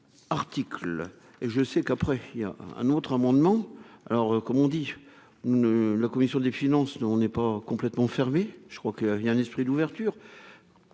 article et je sais qu'après il y a un autre amendement alors comme on dit, ne la commission des finances, nous on n'est pas complètement fermé, je crois qu'il a un esprit d'ouverture